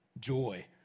joy